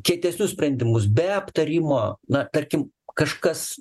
kietesnius sprendimus be aptarimo na tarkim kažkas